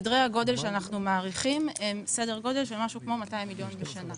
אנחנו מעריכים כ-200 מיליון בשנה.